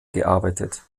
gearbeitet